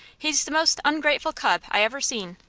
he's the most ungrateful cub i ever seen.